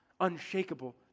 Unshakable